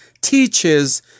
teaches